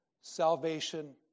salvation